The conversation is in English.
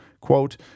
quote